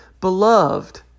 Beloved